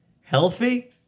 healthy